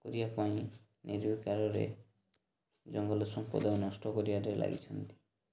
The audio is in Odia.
କରିବା ପାଇଁ ନିର୍ବିକାରରେ ଜଙ୍ଗଲ ସମ୍ପଦ ନଷ୍ଟ କରିବାରେ ଲାଗିଛନ୍ତି